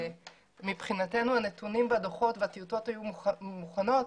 מבחינתנו הנתונים והדוחות והטיוטות היו מוכנים,